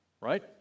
Right